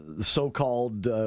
so-called